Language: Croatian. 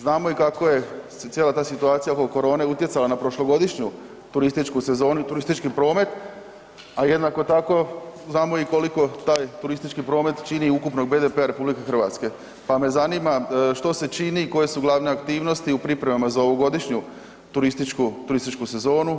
Znamo i kako je cijela ta situacija oko korone utjecala na prošlogodišnju turističku sezonu i turistički promet a jednako tako znamo i koliko taj turistički promet čini ukupnog BDP-a RH pa me zanima što se čini i koje su glavne aktivnosti u pripremama za ovogodišnju turističku sezonu?